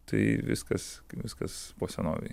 tai viskas viskas po senovei